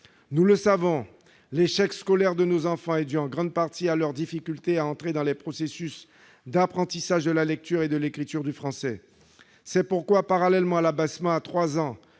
Nous savons bien que l'échec scolaire de nos enfants est dû, en grande partie, à leurs difficultés à entrer dans les processus d'apprentissage de la lecture et de l'écriture du français. C'est pourquoi, parallèlement à l'abaissement à 3 ans